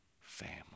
family